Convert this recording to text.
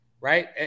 right